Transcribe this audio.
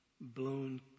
blown